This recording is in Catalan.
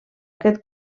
aquest